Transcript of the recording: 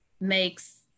makes